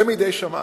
זה מידי שמים,